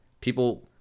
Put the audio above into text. people